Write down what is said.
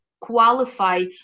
qualify